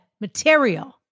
material